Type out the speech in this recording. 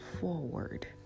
forward